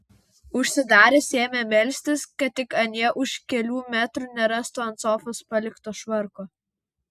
užsidaręs ėmė melstis kad tik anie už kelių metrų nerastų ant sofos palikto švarko